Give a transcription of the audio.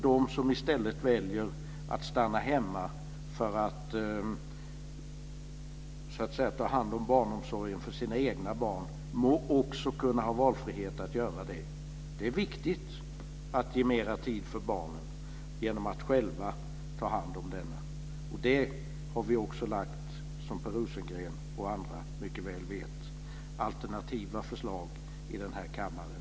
De som i stället väljer att stanna hemma för att ta hand om sina egna barn må också ha valfrihet att göra det. Det är viktigt att ge mera tid för barnen genom att själv ta hand om dem. Som Per Rosengren och andra mycket väl vet har vi lagt fram sådana alternativa förslag i den här kammaren.